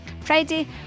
Friday